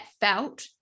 felt